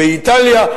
באיטליה,